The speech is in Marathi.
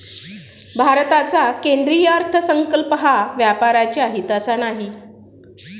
भारताचा केंद्रीय अर्थसंकल्प हा व्यापाऱ्यांच्या हिताचा नाही